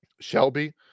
Shelby